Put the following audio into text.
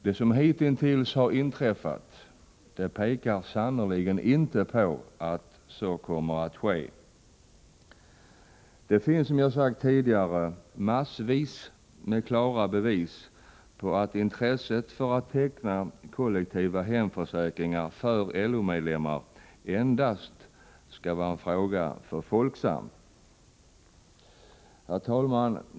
Det som hittills har inträffat pekar sannerligen inte på att så kommer att ske. Det finns, som jag har sagt tidigare, massvis med klara bevis på att intresset för att teckna kollektiva hemförsäkringar för LO-medlemmar endast skall vara en fråga för Folksam. Herr talman!